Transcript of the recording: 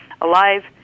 alive